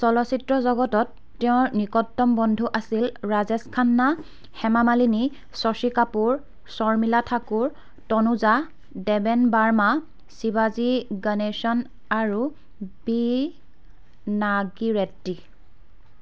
চলচ্চিত্ৰ জগতত তেওঁৰ নিকটতম বন্ধু আছিল ৰাজেচ খান্না হেমা মালিনী চচী কাপুৰ চৰ্মিলা ঠাকুৰ তনুজা দেৱেন বাৰ্মা চিৱাজী গণেচন আৰু বি নাগী ৰেড্ডি